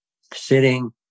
sitting